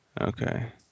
Okay